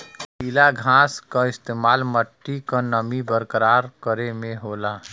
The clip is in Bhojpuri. गीला घास क इस्तेमाल मट्टी क नमी बरकरार करे में होला